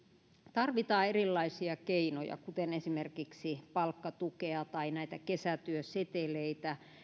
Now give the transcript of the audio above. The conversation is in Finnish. tarvitaan erilaisia keinoja esimerkiksi palkkatukea tai kesätyöseteleitä